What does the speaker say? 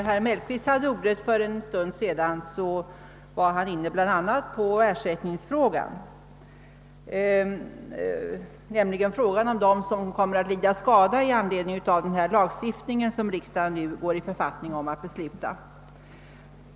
Herr talman! När herr Mellqvist för en stund sedan hade ordet tog han bl.a. upp frågan om ersättning åt dem som kommer att lida skada genom den lagstiftning som riksdagen nu går i författning om att besluta.